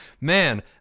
man